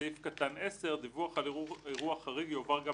בסעיף קטן (10): "דיווח על אירוע חריג יועבר גם